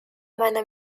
meiner